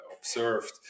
observed